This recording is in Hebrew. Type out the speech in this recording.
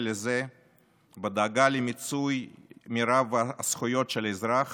לזה בדאגה למיצוי מרב הזכויות של האזרח